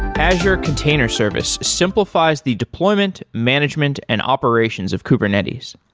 azure container service simplifies the deployment, management and operations of kubernetes.